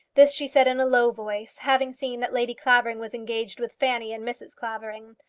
this she said in a low voice, having seen that lady clavering was engaged with fanny and mrs. clavering.